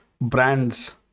brands